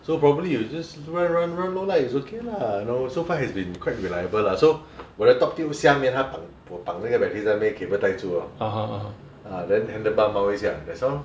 so probably you just run run run no light it's okay lah you know so far has been quite reliable lah so 我的 top tube 下面我绑那个 regular 那边 cable 盖住 lor ah then handle bump all 一下 that's all